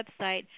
website